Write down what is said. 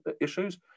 issues